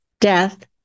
death